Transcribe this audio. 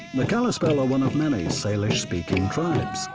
the kalispel, are one of many salish speaking tribes.